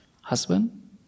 husband